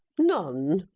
none.